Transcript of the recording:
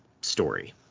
story